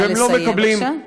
נא לסיים בבקשה.